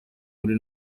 muri